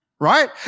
Right